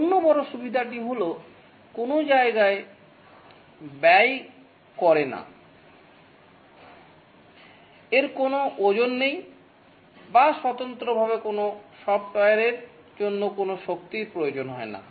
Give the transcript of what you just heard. অন্য বড় সুবিধাটি হল কোনও জায়গা ব্যয় করে না এর কোনও ওজন নেই বা স্বতন্ত্রভাবে কোনও সফ্টওয়্যারের জন্য কোনও শক্তির প্রয়োজন নেই